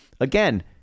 again